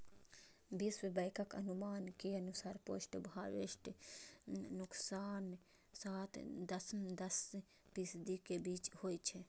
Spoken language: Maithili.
विश्व बैंकक अनुमान के अनुसार पोस्ट हार्वेस्ट नुकसान सात सं दस फीसदी के बीच होइ छै